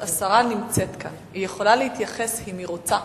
השרה נמצאת כאן, היא יכולה להתייחס אם היא רוצה.